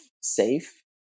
safe